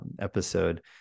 episode